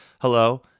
Hello